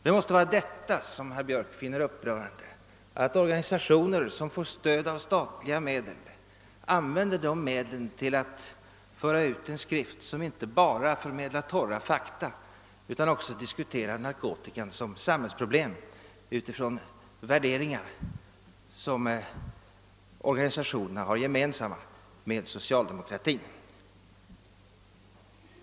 Det måste vara detta som herr Björck finner upprörande — att organisationer som får stöd av statliga medel använder dessa till att föra ut en skrift som inte bara förmedlar torra fakta utan också diskuterar narkotikan som samhällsproblem utifrån värderingar som organisationerna har gemensamma med socialdemokratin.